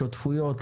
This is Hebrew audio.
שותפויות,